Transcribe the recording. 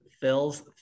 Phil's